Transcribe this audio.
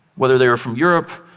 whether they were from europe.